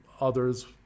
Others